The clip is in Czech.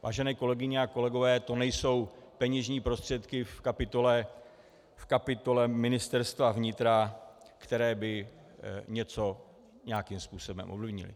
Vážené kolegyně a kolegové, to nejsou peněžní prostředky v kapitole Ministerstva vnitra, které by něco nějakým způsobem ovlivnily.